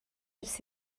ers